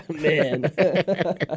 Man